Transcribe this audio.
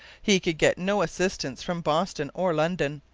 he could get no assistance from boston or london,